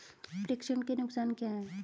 प्रेषण के नुकसान क्या हैं?